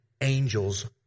angels